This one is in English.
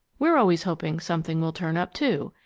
we're always hoping something will turn up, too,